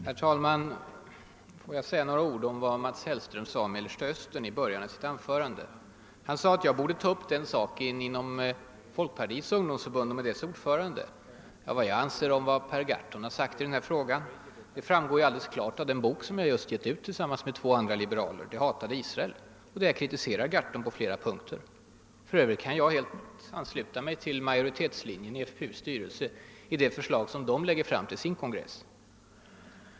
Herr talman! Låt mig säga några ord om vad Mats Hellström sade om Mellersta Östern i början av sitt anföran de. Han ansåg att jag borde ta upp den frågan inom folkpartiets ungdomsförbund och med dess ordförande. Vad jag anser om vad Per Garthon här har yttrat framgår ju av den bok som jag just gett ut tillsammans med två andra liberaler, »Det hatade Israel», och där vi kritiserar Garthon på flera punkter. För övrigt kan jag ansluta mig till majoritetslinjen i det förslag som FPU:s styrelse lägger fram till förbundets kon Sress.